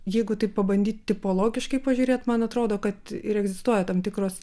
jeigu taip pabandyt tipologiškai pažiūrėt man atrodo kad ir egzistuoja tam tikros